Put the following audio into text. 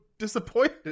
disappointed